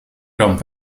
ramp